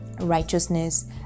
righteousness